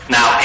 Now